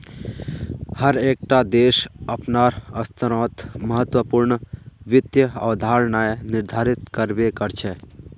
हर एक टा देश अपनार स्तरोंत महत्वपूर्ण वित्त अवधारणाएं निर्धारित कर बे करछे